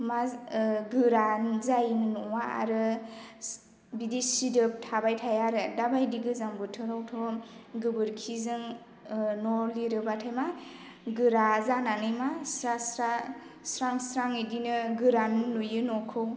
गोरान जायोनो न'आ आरो बिदि सिदोब थाबाय थाया आरो दाबायदि गोजां बोथोरावथ' गोबोरखिजों न' लिरोबाथाय मा गोरा जानानै मा स्रा स्रा स्रां स्रां बिदिनो गोरान नुयो न'खौ